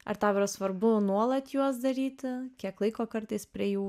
ar tau yra svarbu nuolat juos daryti kiek laiko kartais prie jų